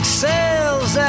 sails